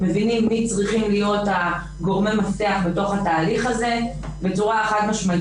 מבינים מי צריכים להיות גורמי המפתח בתוך התהליך הזה בצורה חד משמעית.